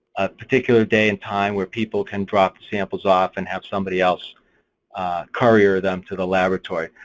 a particular day and time where people can drop samples off and have somebody else carrier them to the laboratory.